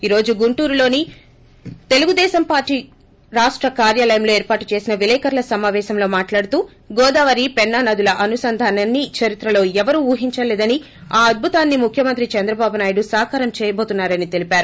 ఈ రోజు గుంటూరులోని తెలుగుదేశం పార్టీ రాష్ట కార్యాలయంలో ఏర్పాటు చేసిన విలేకర్ల సమాపేశంలో మాట్లాడుతూ గోదావరి పెన్నా నదుల అనుసంధానాన్ని చరిత్రలో ఎవరూ ఊహించలేదని ఆ అద్భుతాన్ని ముఖ్యమంత్రి చంద్రబాబునాయుడు సాకారం చేయబోతున్నారని తెలిపారు